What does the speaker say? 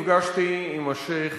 ואני נפגשתי עם השיח'